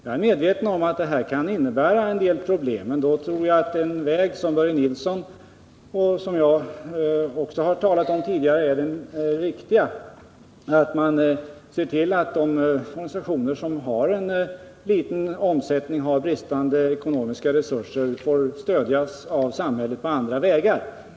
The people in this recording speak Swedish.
Jag är medveten om att detta kan innebära en del problem, men jag tror att den väg som Börje Nilsson och även jag tidigare har talat om är den riktiga, nämligen att man ser till att de organisationer som har en liten omsättning och bristande ekonomiska resurser nu får stödjas av samhället på andra vägar.